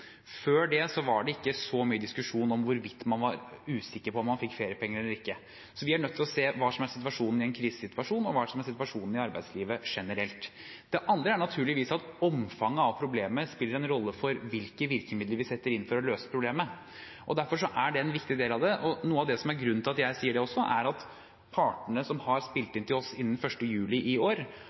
Før det var det ikke så mye diskusjon om hvorvidt man var usikker på om man fikk feriepenger eller ikke. Så vi er nødt til å se på hva som er situasjonen i en krisesituasjon, og hva som er situasjonen i arbeidslivet generelt. Det andre er naturligvis at omfanget av problemet spiller en rolle for hvilke virkemidler vi setter inn for å løse problemet. Derfor er det en viktig del av det. Noe av grunnen til at jeg sier det, er at partene som har spilt inn til oss innen 1. juli i år,